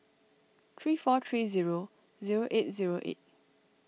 three four three zero zero eight zero eight